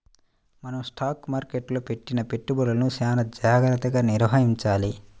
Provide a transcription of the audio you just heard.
మనం స్టాక్ మార్కెట్టులో పెట్టిన పెట్టుబడులను చానా జాగర్తగా నిర్వహించాలి